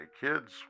kids